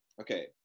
okay